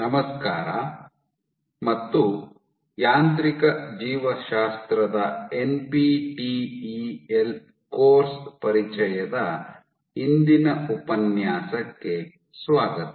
ನಮಸ್ಕಾರ ಮತ್ತು ಯಾಂತ್ರಿಕ ಜೀವಶಾಸ್ತ್ರದ ಎನ್ಪಿಟಿಇಎಲ್ ಕೋರ್ಸ್ ಪರಿಚಯದ ಇಂದಿನ ಉಪನ್ಯಾಸಕ್ಕೆ ಸ್ವಾಗತ